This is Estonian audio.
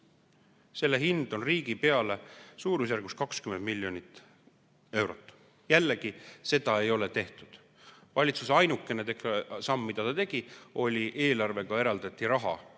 Selle hind on riigi peale suurusjärgus 20 miljonit eurot. Jällegi, seda ei ole tehtud. Valitsuse ainukene samm, mida ta tegi, oli see, et eelarvega eraldati 30